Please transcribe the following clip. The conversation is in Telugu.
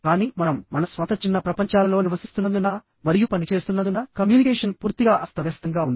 కానీ మనం మన స్వంత చిన్న ప్రపంచాలలో నివసిస్తున్నందున మరియు పని చేస్తున్నందున కమ్యూనికేషన్ పూర్తిగా అస్తవ్యస్తంగా ఉంది